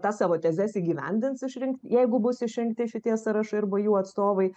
tas savo tezes įgyvendins išrink jeigu bus išrinkti šitie sąrašai arba jų atstovai